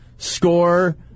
Score